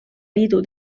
liidu